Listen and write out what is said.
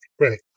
Right